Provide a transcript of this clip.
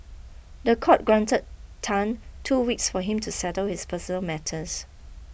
the court granted Tan two weeks for him to settle his personal matters